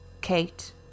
Kate